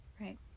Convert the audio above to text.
Right